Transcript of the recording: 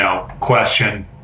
question